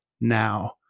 now